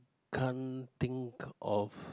can't think of